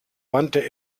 wandte